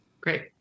Great